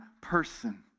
person